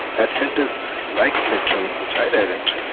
at centres like spectrum which i direct,